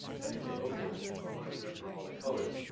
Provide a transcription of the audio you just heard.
and he's saying, okay, um i want to remember all the colors,